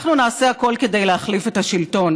אנחנו נעשה הכול כדי להחליף את השלטון,